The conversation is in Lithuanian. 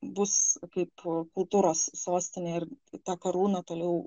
bus kaip kultūros sostinė ir tą karūną toliau